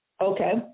okay